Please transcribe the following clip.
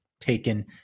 taken